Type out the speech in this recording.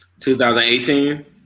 2018